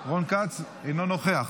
אינו נוכח,